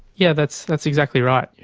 yeah that's that's exactly right.